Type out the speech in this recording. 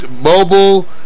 mobile